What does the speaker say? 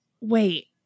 wait